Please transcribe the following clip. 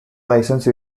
license